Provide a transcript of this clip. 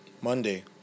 Monday